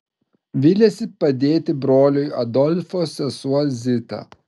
viliasi padėti broliui adolfo sesuo zita